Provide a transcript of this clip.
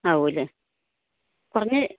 ആവുമല്ലേ കുറഞ്ഞ്